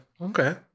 okay